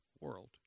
world